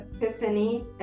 epiphany